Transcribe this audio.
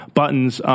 buttons